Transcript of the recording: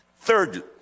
Third